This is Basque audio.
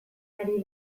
ari